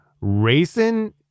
racing